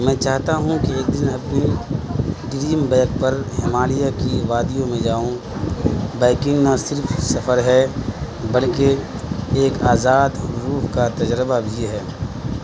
میں چاہتا ہوں کہ ایک دن اپنی ڈریم بائک پر ہمالیہ کی وادیوں میں جاؤں بائکنگ نہ صرف سفر ہے بلکہ ایک آزاد روپ کا تجربہ بھی ہے